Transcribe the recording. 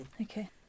Okay